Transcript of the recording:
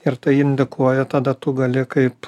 ir tai indikuoja tada tu gali kaip